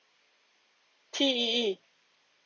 T E E